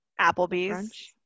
Applebee's